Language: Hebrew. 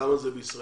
כמה זה בישראל?